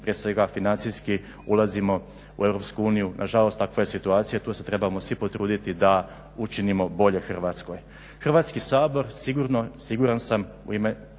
prije svega financijski ulazimo u EU. Nažalost, takva je situacija, tu se trebamo svi potruditi da učinimo bolje Hrvatskoj. Hrvatski sabor siguran sam u ime